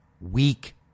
Weak